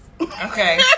Okay